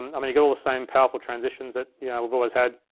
i mean, you get all the same powerful transitions that yeah we've always had.